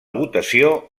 votació